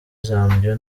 zambia